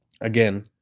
again